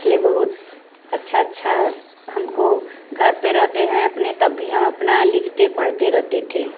इस लिए बहुत अच्छा अच्छा हम को घर पर रहते हैं तब भी हम अपना लिखते पढ़ते रहते थे